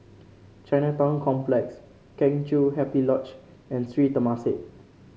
Chinatown Complex Kheng Chiu Happy Lodge and Sri Temasek